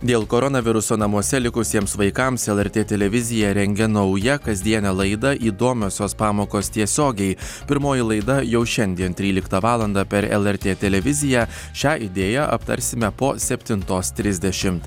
dėl koronaviruso namuose likusiems vaikams lrt televizija rengia naują kasdienę laidą įdomiosios pamokos tiesiogiai pirmoji laida jau šiandien tryliktą valandą per lrt televiziją šią idėją aptarsime po septintos trisdešimt